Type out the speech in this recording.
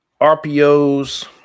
rpos